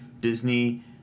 Disney